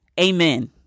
Amen